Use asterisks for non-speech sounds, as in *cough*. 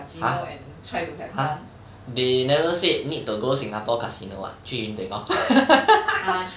!huh! !huh! they never say need to go singapore casino [what] 去云顶 lor *laughs*